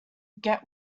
get